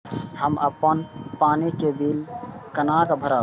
हम अपन पानी के बिल केना भरब?